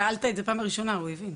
שאלת את זה בפעם הראשונה, הוא הבין.